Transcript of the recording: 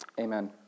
Amen